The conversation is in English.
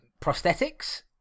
prosthetics